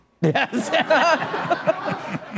Yes